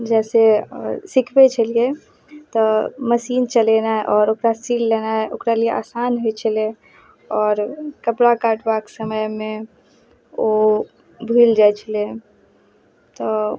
जेना सिखबै छलियै तऽ मशीन चलेनाइ आओर ओकरा सीब लेनाइ ओकरा लेल आसान होइ छलै आओर कपड़ा काटबाक समयमे ओ भुलि जाइ छलै तऽ